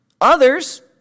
others